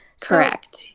Correct